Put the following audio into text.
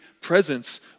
presence